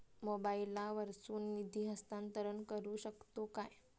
मोबाईला वर्सून निधी हस्तांतरण करू शकतो काय?